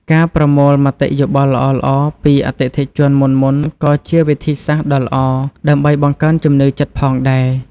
ការប្រមូលមតិយោបល់ល្អៗពីអតិថិជនមុនៗក៏ជាវិធីសាស្ត្រដ៏ល្អដើម្បីបង្កើនជំនឿចិត្តផងដែរ។